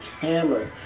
camera